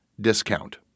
discount